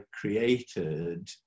created